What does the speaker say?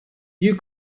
you